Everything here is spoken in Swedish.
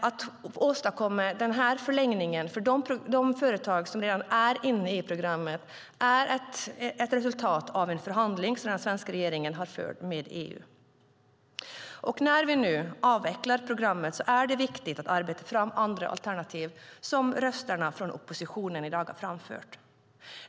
Att den här förlängningen för de företag som redan är inne i programmet åstadkommits är ett resultat av en förhandling mellan den svenska regeringen och EU. När vi nu avvecklar programmet är det viktigt att arbeta fram andra alternativ, som rösterna från oppositionen i dag har framfört.